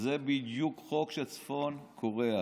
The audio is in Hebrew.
זה בדיוק חוק של צפון קוריאה.